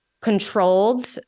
controlled